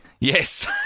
Yes